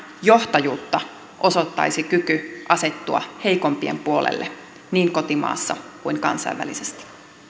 johtajuutta osoittaisi kyky asettua heikompien puolelle niin kotimaassa kuin kansainvälisesti